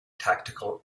tactical